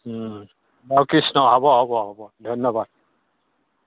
বাৰু কৃষ্ণ হ'ব হ'ব হ'ব ধন্যবাদ